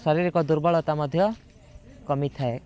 ଶାରିରୀକ ଦୁର୍ବଳତା ମଧ୍ୟ କମିଥାଏ